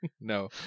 No